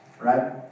Right